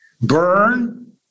burn